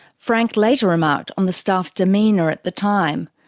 frank later remarked on the staff's demeanour at the time,